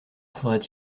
faudrait